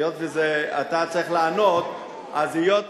היות שאתה צריך לענות, אני צריך לתת תשובה?